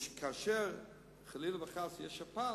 כאשר חלילה וחס יש שפעת,